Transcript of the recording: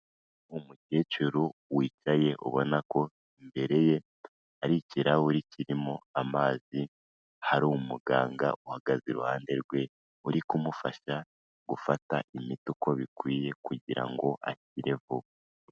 Umukecuru wicaye ubona ko imbere ye hari ikirahuri kirimo amazi, hari umuganga uhagaze iruhande rwe, uri kumufasha gufata imiti uko bikwiye kugira ngo akire vuba.